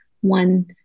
one